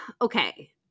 okay